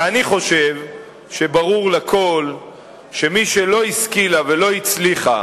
ואני חושב שברור לכול שמי שלא השכילה ולא הצליחה,